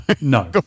No